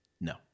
No